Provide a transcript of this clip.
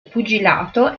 pugilato